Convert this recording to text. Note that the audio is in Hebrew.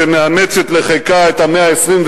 שמאמצת לחיקה את המאה ה-21.